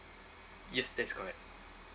yes that is correct